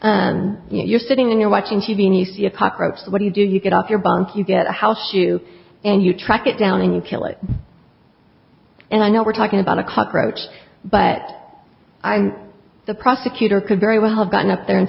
that you're sitting in you're watching t v nice to see a cockroach what do you do you get off your bunk you get a house you and you track it down and you kill it and i know we're talking about a cockroach but i'm the prosecutor could very well have gotten up there and